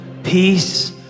Peace